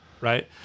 right